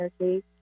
energy